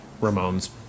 Ramone's